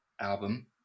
album